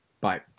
bye